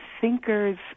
thinkers